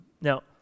Now